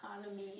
economy